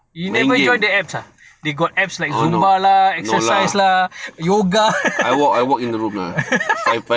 you never join the apps ah they got apps like zumba lah exercise lah yoga